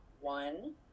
one